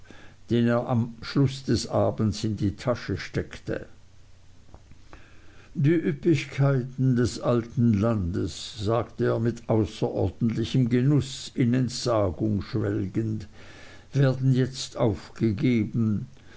den er am schluß des abends in die tasche steckte die üppigkeiten des alten landes sagte er mit außerordentlichem genuß in entsagung schwelgend werden jetzt aufgegeben